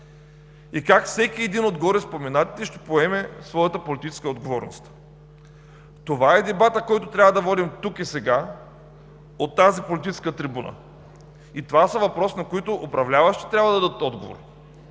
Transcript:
Как всеки един от гореспоменатите ще поеме своята политическа отговорност? Това е дебатът, който трябва да водим тук и сега от тази политическа трибуна. Това са въпроси, на които управляващите трябва да дадат отговор.